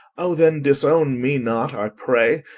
o then disown me not, i pray,